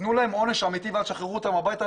ושיינתן להם עונש אמיתי ולא ישחררו אותם הביתה.